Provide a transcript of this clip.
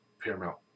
Paramount